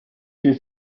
you